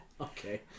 Okay